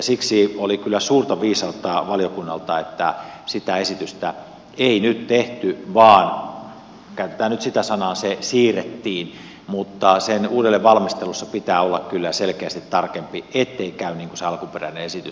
siksi oli kyllä suurta viisautta valiokunnalta että sitä esitystä ei nyt tehty vaan käytetään nyt sitä sanaa se siirrettiin mutta sen uudelleenvalmistelussa pitää olla kyllä selkeästi tarkempi ettei käy niin kuin se alkuperäinen esitys oli